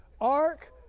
ark